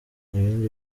ibindi